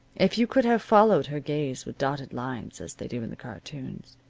if you could have followed her gaze with dotted lines, as they do in the cartoons,